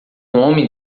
homem